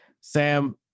Sam